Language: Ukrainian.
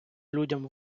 людям